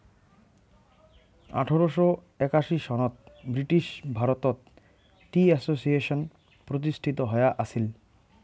আঠারোশ একাশি সনত ব্রিটিশ ভারতত টি অ্যাসোসিয়েশন প্রতিষ্ঠিত হয়া আছিল